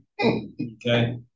Okay